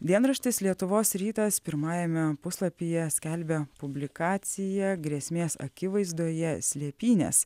dienraštis lietuvos rytas pirmajame puslapyje skelbia publikaciją grėsmės akivaizdoje slėpynės